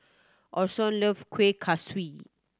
Orson love Kuih Kaswi